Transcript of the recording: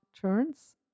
turns